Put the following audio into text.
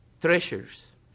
treasures